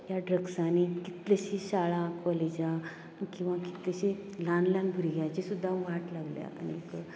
ह्या ड्रग्सांनी कितलेंशीच शाळां काॅलेजां किंवां कितलीशींच ल्हान ल्हान भुरग्यांचे सुद्दां वाट लागल्या आनीक